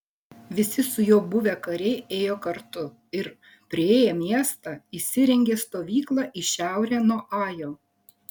visi su juo buvę kariai ėjo kartu ir priėję miestą įsirengė stovyklą į šiaurę nuo ajo